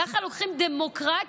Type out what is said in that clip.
ככה לוקחים דמוקרטיה,